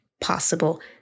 possible